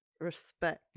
Respect